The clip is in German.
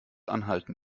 anhalten